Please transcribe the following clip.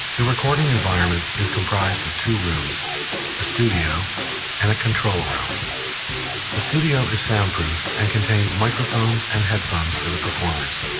the recording environment is comprised of two rooms. a studio and a control room. the studio is soundproof and contains microphones and headphones for the performers.